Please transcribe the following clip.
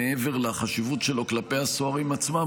מעבר לחשיבות שלו כלפי הסוהרים עצמם,